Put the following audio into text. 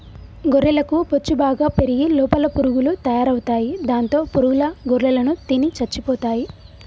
గొర్రెలకు బొచ్చు బాగా పెరిగి లోపల పురుగులు తయారవుతాయి దాంతో పురుగుల గొర్రెలను తిని చచ్చిపోతాయి